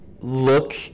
look